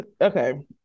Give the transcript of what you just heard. okay